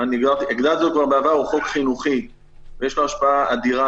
והגדרתי זאת בעבר כחוק חינוכי שיש לו השפעה אדירה